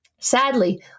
Sadly